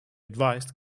advised